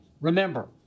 Remember